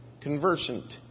Conversant